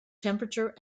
temperature